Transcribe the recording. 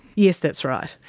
yes, that's right.